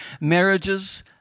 marriages